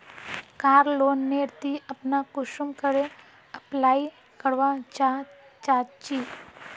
कार loan नेर ती अपना कुंसम करे अप्लाई करवा चाँ चची?